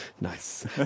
Nice